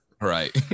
Right